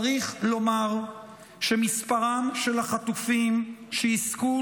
צריך לומר שמספרם של החטופים שיזכו